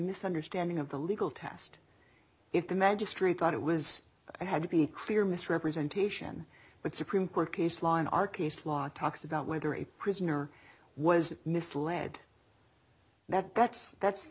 misunderstanding of the legal test if the magistrate thought it was i had to be clear misrepresentation but supreme court case law in our case law talks about whether a prisoner was misled that's that's